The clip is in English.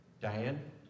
Diane